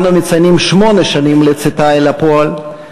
שאנו מציינים שמונה שנים לצאתה אל הפועל,